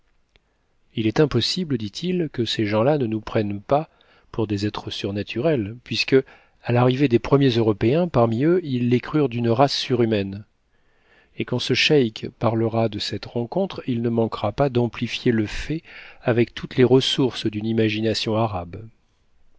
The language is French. il est impossible dit-il que ces gens-là ne nous prennent pas pour des êtres surnaturels puisque à l'arrivée des premiers européens parmi eux ils les crurent d'une race surhumaine et quand ce cheik parlera de cette rencontre il ne manquera pas d'amplifier le fait avec toutes les ressources d'une imagination arabe